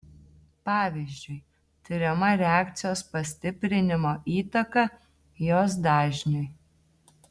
pavyzdžiui tiriama reakcijos pastiprinimo įtaka jos dažniui